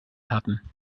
hatten